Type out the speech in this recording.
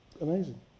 amazing